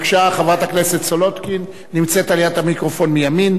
חברת הכנסת סולודקין נמצאת ליד המיקרופון מימין,